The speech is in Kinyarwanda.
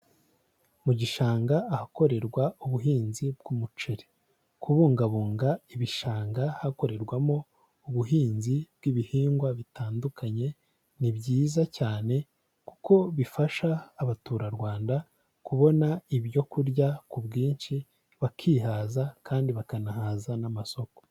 Mu gishanga ahakorerwa ubuhinzi bw'umuceri. Kubungabunga ibishanga hakorerwamo ubuhinzi bw'ibihingwa bitandukanye ni byiza cyane kuko bifasha abaturarwanda kubona ibyo kurya ku bwinshi, bakihaza kandi bakanahaza n'amasoko.